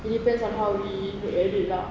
it depends on how we look at it lah